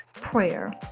Prayer